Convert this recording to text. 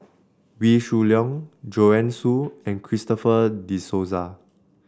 Wee Shoo Leong Joanne Soo and Christopher De Souza